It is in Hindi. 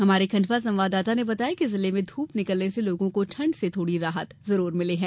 हमारे खंडवा संवाददाता ने बताया है कि जिले में धूप निकलने से लोगों को ठंड से थोड़ी राहत मिली है